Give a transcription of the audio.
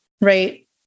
right